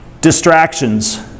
Distractions